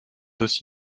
aussi